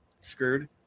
screwed